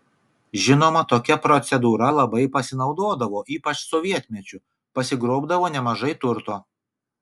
žinoma tokia procedūra labai pasinaudodavo ypač sovietmečiu pasigrobdavo nemažai turto